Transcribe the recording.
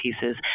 pieces